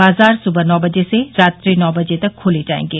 बाजार सुबह नौ बजे से रात्रि नौ बजे तक खोले जायेंगे